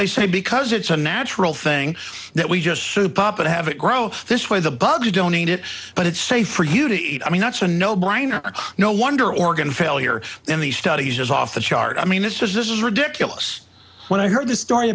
they say because it's a natural thing that we just sort of pop and have it grow this way the bugs don't eat it but it's safe for you to eat i mean that's a no brainer no wonder organ failure in these studies is off the chart i mean this is this is ridiculous when i heard this story